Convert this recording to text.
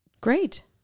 great